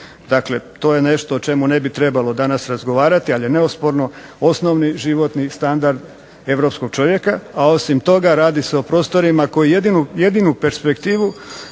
Dakle, to je nešto o čemu ne bi trebalo danas razgovarati. Ali je neosporno osnovni životni standard europskog čovjeka, a osim toga radi se o prostorima koji jedinu perspektivu